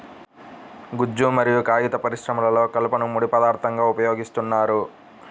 గుజ్జు మరియు కాగిత పరిశ్రమలో కలపను ముడి పదార్థంగా ఉపయోగిస్తున్నారు